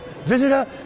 visitor